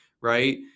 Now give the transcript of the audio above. right